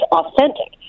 authentic